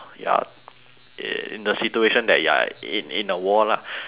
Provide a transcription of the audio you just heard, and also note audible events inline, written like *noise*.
in the situation that you are in in a war lah *breath* and then